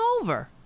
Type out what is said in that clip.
over